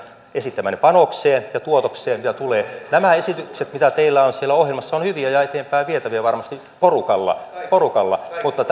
esittämäänne panokseen ja tuotokseen mitä tulee nämä esitykset mitä teillä on siellä ohjelmassa ovat hyviä ja varmasti porukalla porukalla eteenpäinvietäviä mutta